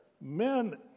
men